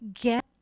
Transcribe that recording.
get